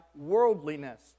worldliness